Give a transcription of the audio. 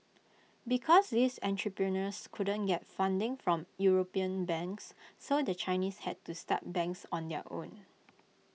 because these entrepreneurs couldn't get funding from european banks so the Chinese had to start banks on their own